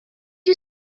you